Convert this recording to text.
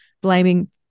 blaming